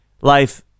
life